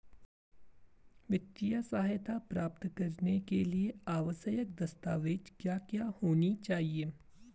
वित्तीय सहायता प्राप्त करने के लिए आवश्यक दस्तावेज क्या क्या होनी चाहिए?